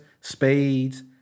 spades